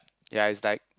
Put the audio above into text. ya it's like